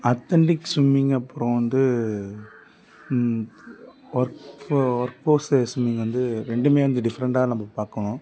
authentic swimming அப்புறம் வந்து work for work forces swimming வந்து ரெண்டுமே வந்து டிஃப்ரெண்டாக நம்ம பார்க்கணும்